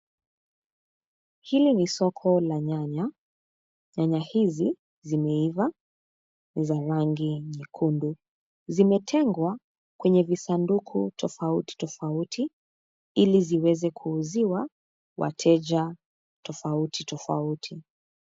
Hili ni soko la nyanya. Nyanya hizi zimeiva ni za rangi nyekundu. Zimetengwa kwenye visanduku tofauti tofauti ili ziweze kuuziwa wateja tofauti tofauti.